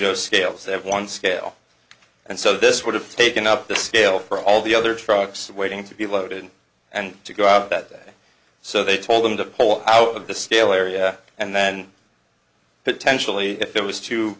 udo scales one scale and so this would have taken up the scale for all the other trucks waiting to be loaded and to go out that day so they told them to pull out of the still area and then potentially if it was too